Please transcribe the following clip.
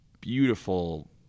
beautiful